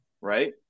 right